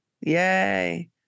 yay